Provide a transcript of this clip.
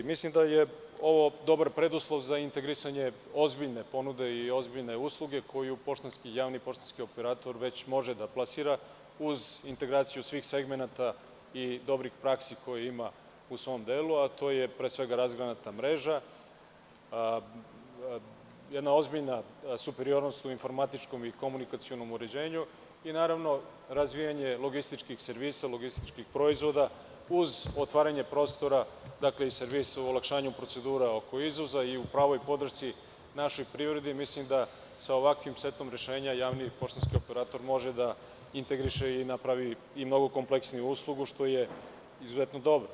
Mislim da je ovo dobar preduslov za integrisanje ozbiljne ponude i ozbiljne usluge koju javni poštanski operator već može da plasira uz integraciju svih segmenata i dobrih praksi koje ima u svom delu, a to je, pre svega, razgranata mreža, jedna ozbiljna superiornost u informatičkom i komunikacionom uređenju i razvijanje logističkih servisa, logističkih proizvoda, uz otvaranje prostora i servisu u olakšanju procedura oko izvoza i u pravoj podršci našoj privredi mislim da sa ovakvim setom rešenja javni i poštanski operatormože da integriše i napravi i mnogo kompleksniju uslugu što je izuzetno dobro.